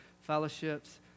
fellowships